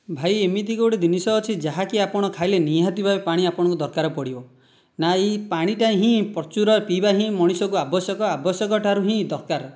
ଭାଇ ଏମିତିକି ଗୋଟେ ଜିନିଷ ଅଛି ଯାହାକି ଆପଣ ଖାଇଲେ ନିହାତି ଭାବେ ପାଣି ଆପଣଙ୍କୁ ଦରକାର ପଡ଼ିବ ନା ଏଇ ପାଣିଟା ହିଁ ପ୍ରଚୁର ପିଇବା ହିଁ ମଣିଷକୁ ଆବଶ୍ୟକ ଆବଶ୍ୟକଠାରୁ ହିଁ ଦରକାର